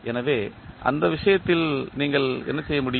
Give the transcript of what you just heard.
எனவே அந்த விஷயத்தில் நீங்கள் என்ன செய்ய முடியும்